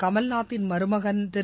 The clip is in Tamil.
கமல்நாத்தின் மருமகன் திரு